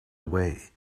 away